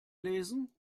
lesen